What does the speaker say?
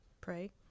Pray